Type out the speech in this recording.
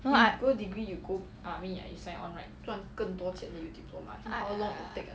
no I I